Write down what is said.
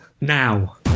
now